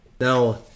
Now